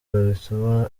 bituma